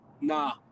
Nah